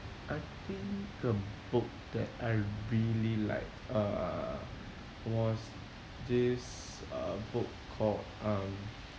I think a book that I really like uh was this uh book called um